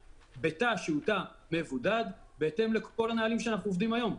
בתא מבודד ובהתאם לכל הנהלים שאנחנו עובדים בהם היום.